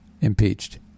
impeached